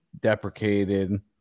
Deprecated